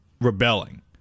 rebelling